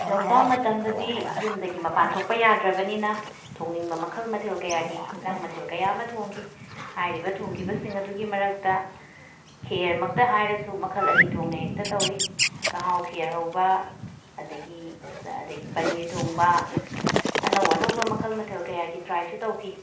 lockdown ꯃꯇꯝꯗꯗꯤ ꯌꯨꯝꯗꯒꯤ ꯃꯄꯥꯟ ꯊꯣꯛꯄ ꯌꯥꯗ꯭ꯔꯕꯅꯤꯅ ꯊꯣꯡꯅꯤꯡꯕ ꯃꯈꯜ ꯃꯊꯦꯜ ꯀꯌꯥꯒꯤ ꯍꯤꯟꯖꯥꯡ ꯃꯊꯦꯜ ꯀꯌꯥ ꯑꯃ ꯊꯣꯡꯈꯤ ꯍꯥꯏꯔꯤꯕ ꯊꯣꯡꯈꯤꯕꯁꯤꯡ ꯑꯗꯨꯒꯤ ꯃꯔꯛꯇ ꯈꯦꯔ ꯃꯛꯇ ꯍꯥꯏꯔꯁꯨ ꯃꯈꯜ ꯑꯅꯤ ꯊꯣꯛꯅ ꯍꯦꯛꯇ ꯇꯧꯏ ꯆꯍꯥꯎ ꯈꯦꯔ ꯍꯧꯕ ꯑꯗꯒꯤ ꯆꯥ ꯑꯗꯒꯤ ꯄꯅꯤꯔ ꯊꯣꯡꯕ ꯑꯅꯧ ꯑꯅꯧꯕ ꯃꯈꯜ ꯃꯊꯦꯜ ꯀꯌꯥꯒꯤ ꯇ꯭ꯔꯥꯏꯁꯨ ꯇꯧꯈꯤ